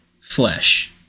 flesh